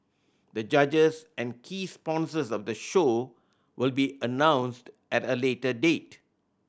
the judges and key sponsors of the show will be announced at a later date